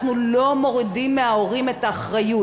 אנחנו לא מורידים מההורים את האחריות,